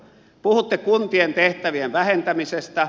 puhutte kuntien tehtävien vähentämisestä